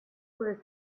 was